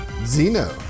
Zeno